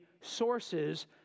sources